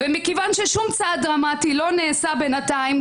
ומכיוון ששום צעד דרמטי לא נעשה בינתיים,